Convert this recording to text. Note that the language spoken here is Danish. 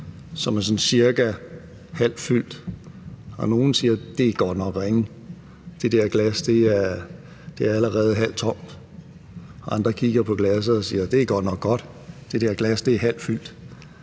sådan cirka halvt fyldt, og nogle siger: Det er godt nok ringe – det der glas er allerede halvt tomt. Andre kigger på glasset og siger: Det er et godt nok godt – det der glas er halvt fyldt.